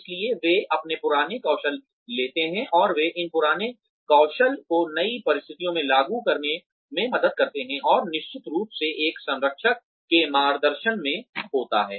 इसलिए वे अपने पुराने कौशल लेते हैं और वे इन पुराने कौशल को नई परिस्थितियों में लागू करने में मदद करते हैं और निश्चित रूप से एक संरक्षक के मार्गदर्शन में होता है